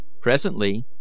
Presently